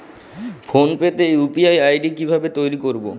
Phone pay তে UPI ID কি ভাবে তৈরি করবো?